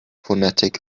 phonetic